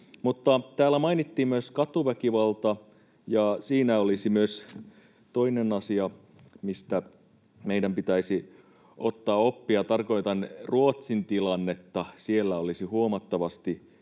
Täällä mainittiin myös katuväkivalta, ja siinä olisi myös toinen asia, mistä meidän pitäisi ottaa oppia, tarkoitan Ruotsin tilannetta. Olisi huomattavasti